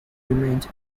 remained